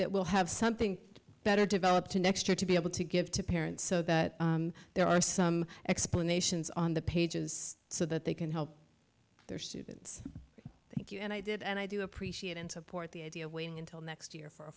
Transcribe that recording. that will have something better developed an extra to be able to give to parents so that there are some explanations on the pages so that they can help their students thank you and i did and i do appreciate and support the idea of waiting until next